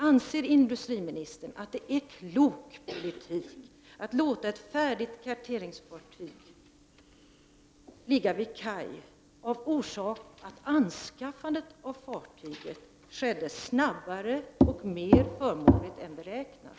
Anser industriministern det vara klok politik att låta ett färdigt karteringsfartyg ligga vid kaj, av den anledningen att anskaffandet av fartyget skett fortare och mer förmånligt än beräknat?